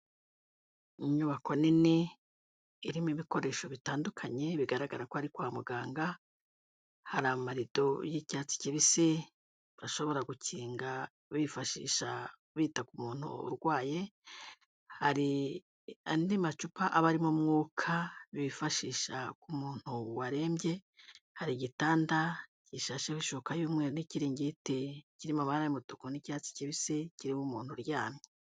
Inyubako nini irimo ibikoresho bitandukanye bigaragara ko ari kwa muganga, hari amarido y'icyatsi kibisi bashobora gukinga bifashisha bita ku muntu urwaye, hari andi macupa aba arimo umwuka bifashisha ku muntu warembye, hari igitanda gishasheho ishuka y'umweru n'ikiringiti kirimo amabara y'umutuku n'icyatsi kibisi kirimo umuntu uryamye.